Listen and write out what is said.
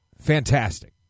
fantastic